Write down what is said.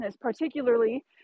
particularly